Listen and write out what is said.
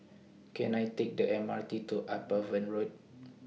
Can I Take The M R T to Upavon Road